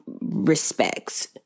respects